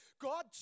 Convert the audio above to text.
God